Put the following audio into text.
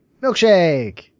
Milkshake